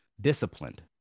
Disciplined